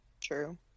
True